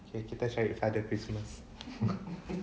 okay kita cari father christmas